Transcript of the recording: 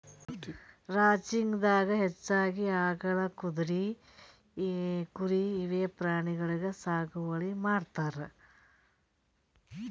ranching ದಾಗಾ ಹೆಚ್ಚಾಗಿ ಆಕಳ್, ಕುದ್ರಿ, ಕುರಿ ಇವೆ ಪ್ರಾಣಿಗೊಳಿಗ್ ಸಾಗುವಳಿ ಮಾಡ್ತಾರ್